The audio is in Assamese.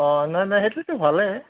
অঁ নহয় নহয় সেইটোতো ভালেই